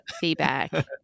feedback